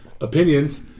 opinions